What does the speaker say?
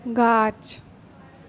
गाछ